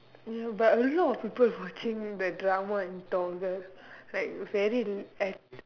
you know but a lot people watching the drama on Toggle like very